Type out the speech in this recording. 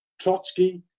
Trotsky